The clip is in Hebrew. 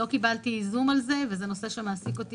לא קיבלתי זום על זה וזה נושא שמעסיק אותי